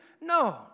No